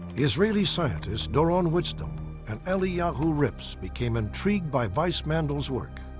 israeli scientists doron witztum and eliyahu rips became intrigued by weissmandl's work.